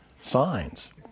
signs